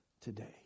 today